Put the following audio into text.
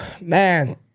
Man